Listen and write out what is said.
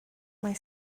mae